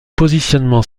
positionnement